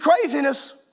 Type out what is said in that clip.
craziness